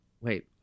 wait